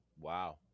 Wow